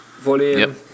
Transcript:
Volume